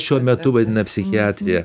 šiuo metu vadina psichiatrija